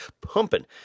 pumping